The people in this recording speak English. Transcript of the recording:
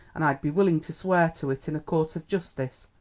an' i'd be willin' to swear to it in a court of justice.